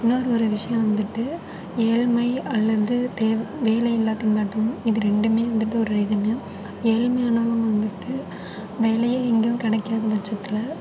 இன்னொரு ஒரு விஷயம் வந்துட்டு ஏழ்மை அல்லது தே வேலை இல்லாத திண்டாட்டம் இது ரெண்டுமே வந்துட்டு ஒரு ரீசன்னு ஏழ்மையானவங்க வந்துட்டு வேலையே எங்கேயும் கிடக்காத பட்சத்தில்